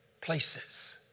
places